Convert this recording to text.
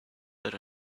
that